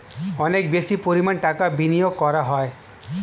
অনেক বেশি পরিমাণ টাকা বিনিয়োগ করা হয়